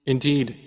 Indeed